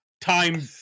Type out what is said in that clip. time